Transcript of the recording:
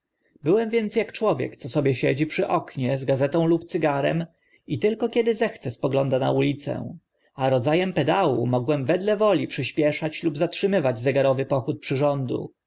byłem więc ak człowiek co sobie siedzi przy oknie z gazetą lub cygarem i tylko kiedy zechce spogląda na ulicę a rodza em pedału mogłem wedle woli przyśpieszać lub zatrzymywać zegarowy pochód przyrządu